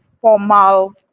formal